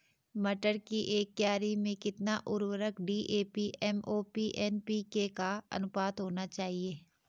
मटर की एक क्यारी में कितना उर्वरक डी.ए.पी एम.ओ.पी एन.पी.के का अनुपात होना चाहिए?